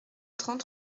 trente